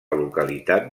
localitat